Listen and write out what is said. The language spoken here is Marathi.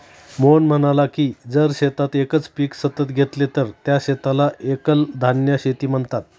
मोहन म्हणाला की जर शेतात एकच पीक सतत घेतले तर त्या शेताला एकल धान्य शेती म्हणतात